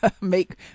make